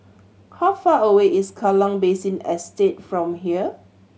how far away is Kallang Basin Estate from here